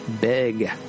big